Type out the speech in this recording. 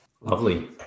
Lovely